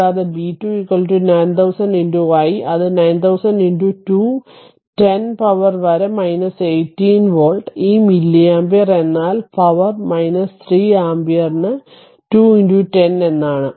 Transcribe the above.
കൂടാതെ b 2 9000 i അത് 9000 2 10 വരെ പവർ 18 വോൾട്ട് ഈ മില്ലി ആമ്പിയർ എന്നാൽ പവർ 3 ആമ്പിയറിന് 2 10 എന്നാണ്